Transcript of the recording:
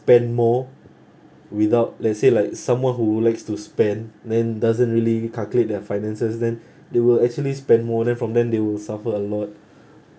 spend more without let's say like someone who likes to spend then doesn't really calculate their finances then they will actually spend more then from then they will suffer a lot